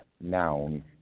noun